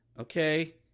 Okay